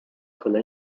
可能